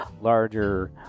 larger